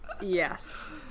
Yes